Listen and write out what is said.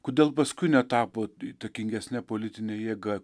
kodėl paskui netapo įtakingesne politine jėga